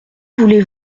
voulez